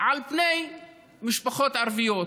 על פני משפחות ערביות.